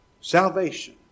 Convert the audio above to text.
Salvation